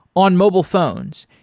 on mobile phones,